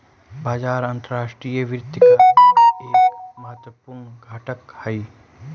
बाजार अंतर्राष्ट्रीय वित्त का एक महत्वपूर्ण घटक हई